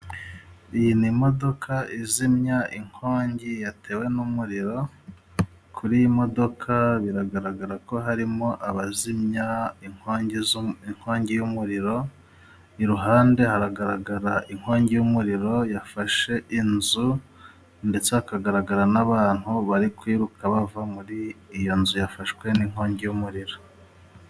Iyi ni imodoka izimya inkongi yatewe n'umuriro, kuri iyi modoka biragaragara ko harimo abazimya inkongi z'u... inkongi y'umuriro, iruhande hagaragara inkongi y'umuriro yafashe inzu, ndetse hakagaragara n'abantu bari kwiruka bava muri iyo nzu yafashwe n'inkongi y'umuriro.